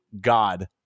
God